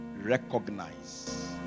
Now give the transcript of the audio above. recognize